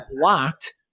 blocked